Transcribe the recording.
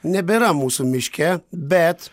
nebėra mūsų miške bet